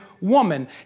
woman